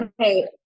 Okay